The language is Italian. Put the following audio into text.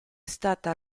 stata